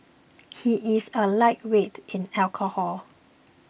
he is a lightweight in alcohol